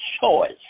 choice